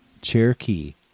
Cherokee